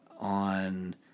on